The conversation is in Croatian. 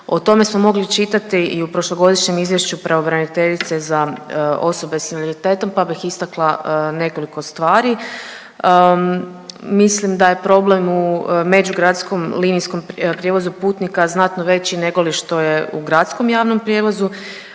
O tome smo mogli čitati i u prošlogodišnjem izvješćuj pravobraniteljice za osobe s invaliditetom pa bih istakla nekoliko stvari. Mislim da je problem u međugradskom linijskom prijevozu putnika znatno veći negoli što je u gradskom javnom prijevozu